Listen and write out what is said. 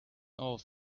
off